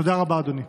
תודה רבה, אדוני.